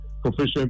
proficient